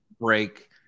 break